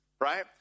right